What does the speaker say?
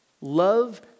Love